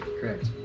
Correct